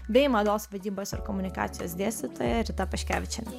bei mados vadybos ir komunikacijos dėstytoja rita paškevičienė